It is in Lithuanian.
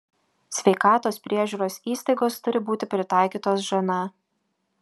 sveikatos priežiūros įstaigos turi būti pritaikytos žn